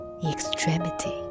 Extremity